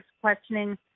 questioning